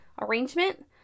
Arrangement